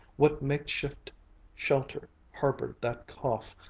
what makeshift shelter harbored that cough,